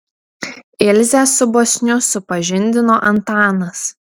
ilzę su bosniu supažindino antanas